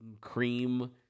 cream